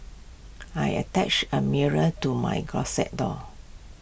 I attached A mirror to my closet door